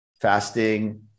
Fasting